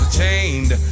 chained